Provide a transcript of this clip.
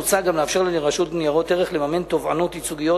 מוצע לאפשר לרשות ניירות ערך לממן תובענות ייצוגיות